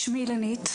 א"ת: שמי א"ת.